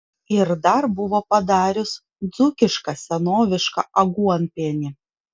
ir dar buvo padarius dzūkišką senovišką aguonpienį